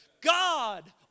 God